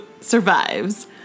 survives